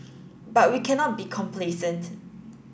but we cannot be complacent